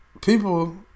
People